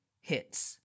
hits